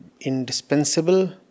indispensable